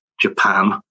japan